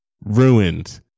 ruined